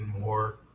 more